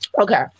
Okay